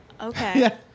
okay